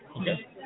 Okay